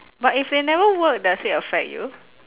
but if they never work does it affect you